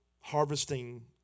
harvesting